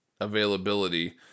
availability